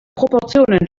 proportionen